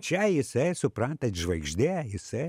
čia jisai suprantat žvaigždė jisai